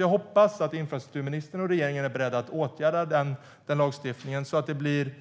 Jag hoppas att infrastrukturministern och regeringen är beredd att åtgärda den lagstiftningen så att det blir